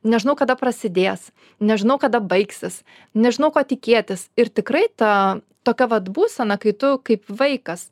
nežinau kada prasidės nežinau kada baigsis nežinau ko tikėtis ir tikrai ta tokia vat būsena kai tu kaip vaikas